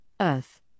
earth